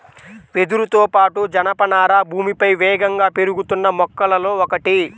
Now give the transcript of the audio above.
వెదురుతో పాటు, జనపనార భూమిపై వేగంగా పెరుగుతున్న మొక్కలలో ఒకటి